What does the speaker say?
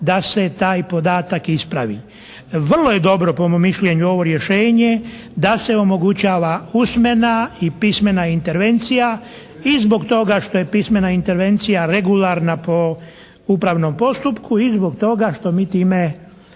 da se taj podatak ispravi. Vrlo je dobro po mom mišljenju ovo rješenje da se omogućava usmena i pismena intervencija i zbog toga što je pismena intervencija regularna po upravnom postupku i zbog toga što mi time,